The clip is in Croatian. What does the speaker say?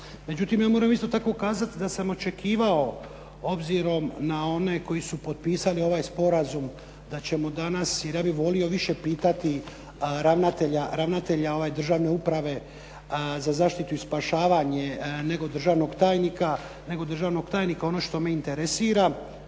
Međutim, ja moram isto tako kazati da sam očekivao, obzirom na one koji su potpisali ovaj sporazum da ćemo danas, jer ja bih volio više pitati ravnatelja Državne uprave za zaštitu i spašavanje, nego državnog tajnika ono što me interesira.